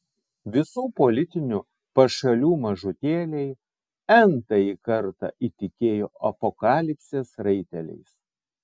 visų politinių pašalių mažutėliai n tąjį kartą įtikėjo apokalipsės raiteliais